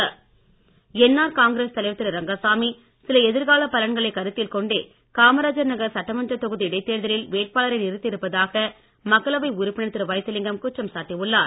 Vaithilingam NR Congress தலைவர் திரு ரங்கசாமி சில எதிர்காலப் பலன்களை கருத்தில் கொண்டே காமராஜ் நகர் சட்டமன்றத் தொகுதி இடைத் தேர்தலில் வேட்பாளரை நிறுத்தி இருப்பதாக மக்களவை உறுப்பினர் திரு வைத்திலிங்கம் குற்றம் சாட்டி உள்ளார்